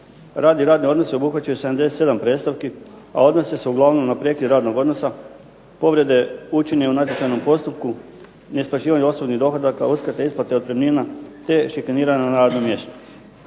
Rad i radni odnosi obuhvaćaju 77 predstavki, a odnose se uglavnom na prekid radnog odnosa, povrede učinjene u …/Ne razumije se./… postupku, isplaćivanje osobnih dohodaka, uskrate isplate otpremnina, te šikaniranje na radnom mjestu.